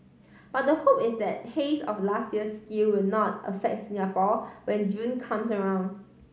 but the hope is that haze of last year's scale will not affect Singapore when June comes around